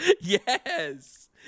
Yes